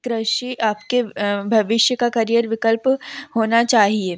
कृषि आपके भविष्य का करियर विकल्प होना चाहिए